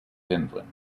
finland